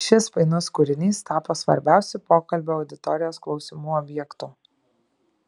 šis painus kūrinys tapo svarbiausiu pokalbio auditorijos klausimų objektu